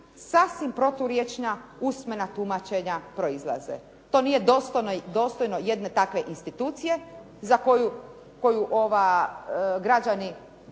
sasvim proturječna, usmena tumačenja proizlaze. To nije dostojno jedne takve institucije za koju građani